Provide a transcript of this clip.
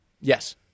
Yes